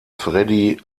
freddie